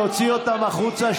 להוציא אותם החוצה,